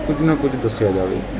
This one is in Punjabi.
ਕੁਝ ਨਾ ਕੁਝ ਦੱਸਿਆ ਜਾਵੇ